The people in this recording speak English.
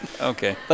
Okay